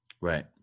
Right